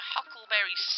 Huckleberry